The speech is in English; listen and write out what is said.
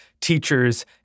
teachers